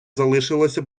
залишилося